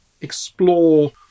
explore